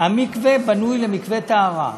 המקווה בנוי למקווה טהרה.